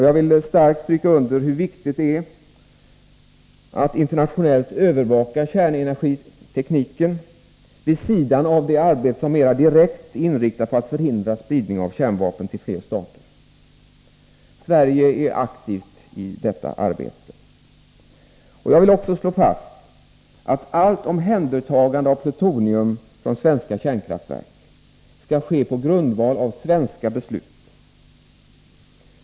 Jag vill starkt stryka under hur viktigt det är att internationellt övervaka kärnenergitekniken vid sidan av det arbete som mera direkt är inriktat på att förhindra spridning av kärnvapen till fler stater. Sverige är aktivt med i detta arbete. Jag vill också slå fast att allt omhändertagande av plutonium från svenska kärnkraftverk skall ske på grundval av svenska beslut.